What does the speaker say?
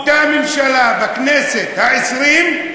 אותה ממשלה, בכנסת העשרים,